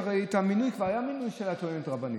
כבר היה מינוי של טוענת רבנית,